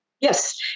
Yes